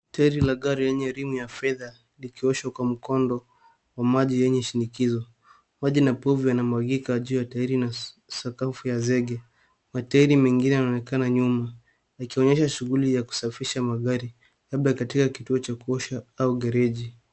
Tairi la gari lenye rimu ya fedha likioshwa kwa mkondo wa maji yenye shinikizo. Maji na povu yanamwagika kwenye tairi na sakafu ya zege. Matairi mengine yanaonekana nyuma. Inaonyesha shughuli ya kusafisha magari, labda katika kituo cha kuoshea au gereji.